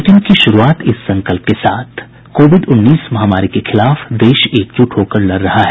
bulletin की शुरूआत इस संकल्प के साथ कोविड उन्नीस महामारी के खिलाफ देश एकजुट होकर लड़ रहा है